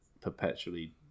perpetually